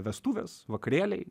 vestuvės vakarėliai